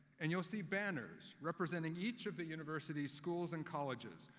and you'll see banners representing each of the university's schools and colleges,